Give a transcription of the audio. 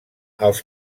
els